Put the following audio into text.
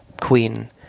queen